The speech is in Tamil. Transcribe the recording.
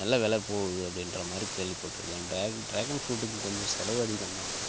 நல்லா வில போகுது அப்படின்ற மாதிரி கேள்விப்பட்டிருக்கேன் ட்ராக் ட்ராகன் ஃப்ரூட்டுக்கு கொஞ்சம் செலவு அதிகம் தான் ஆனால்